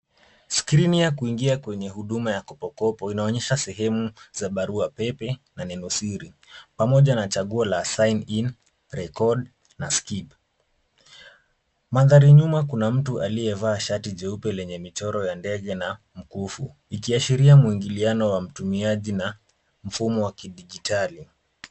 Skrini ya kuingia kwenye huduma ya kopo kopo inaonyesha sehemu za baraua pepe na neno siri pamoja na chaguo la sigh in, record na skip . Mandhari nyuma kuna mtu aliyevaa shati jeupe lenye michoro ya ndege na mkufu ikiashiria mwingiliano wa mtumiaji na mfumo wa kidijitali.